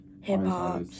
Hip-hop